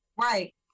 Right